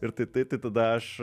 ir tai tai tai tada aš